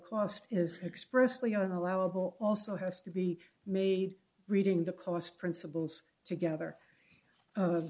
cost is expressly an allowable also has to be made reading the cost principles together